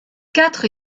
quatre